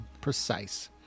precise